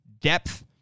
depth